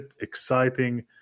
exciting